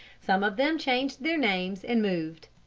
some of them changed their names and moved.